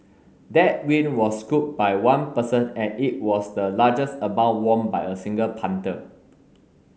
that win was scooped by one person and it was the largest amount won by a single punter